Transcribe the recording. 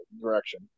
direction